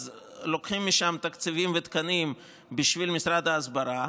לוקחים משם תקציבים ותקנים בשביל משרד ההסברה,